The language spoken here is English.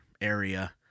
area